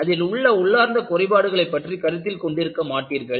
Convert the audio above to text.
அதில் உள்ள உள்ளார்ந்த குறைபாடுகளைப் பற்றி கருத்தில் கொண்டிருக்க மாட்டீர்கள்